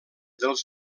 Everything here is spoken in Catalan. dels